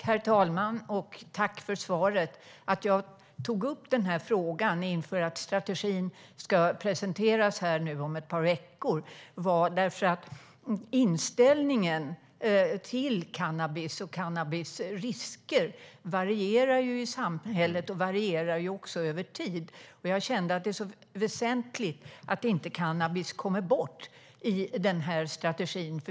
Herr talman! Tack för svaret! Anledningen till att jag tog upp frågan inför att strategin ska presenteras om ett par veckor är att inställningen till cannabis och dess risker varierar i samhället och varierar också över tid. Jag kände att det är väsentligt att cannabis inte kommer bort i strategin.